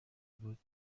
بود